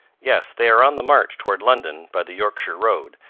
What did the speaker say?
yes they are on the march toward london by the yorkshire road,